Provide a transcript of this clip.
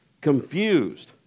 confused